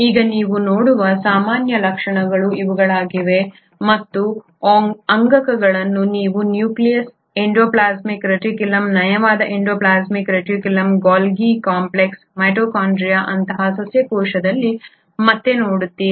ಈಗ ನೀವು ನೋಡುವ ಸಾಮಾನ್ಯ ಲಕ್ಷಣಗಳು ಇವುಗಳಾಗಿವೆ ಮತ್ತು ಈ ಅಂಗಕಗಳನ್ನು ನೀವು ನ್ಯೂಕ್ಲಿಯಸ್ ಎಂಡೋಪ್ಲಾಸ್ಮಿಕ್ ರೆಟಿಕ್ಯುಲಮ್ ನಯವಾದ endoplasmic reticulum Golgi complex mitochondria ಅಂತಹ ಸಸ್ಯ ಕೋಶದಲ್ಲಿ ಮತ್ತೆ ನೋಡುತ್ತೀರಿ